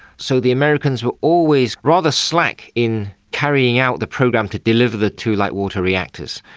so the americans were always rather slack in carrying out the program to deliver the two light-water reactors.